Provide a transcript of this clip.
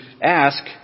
ask